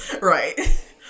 right